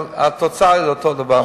אבל התוצאה היא אותו דבר,